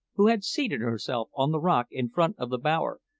who had seated herself on the rock in front of the bower,